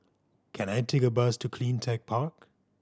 can I take a bus to Cleantech Park